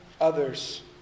others